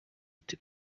ati